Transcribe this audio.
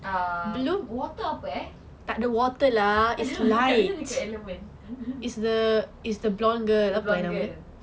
um water apa eh kakak cakap element the blonde girl